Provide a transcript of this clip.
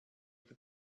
with